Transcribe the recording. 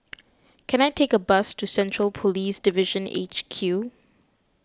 can I take a bus to Central Police Division H Q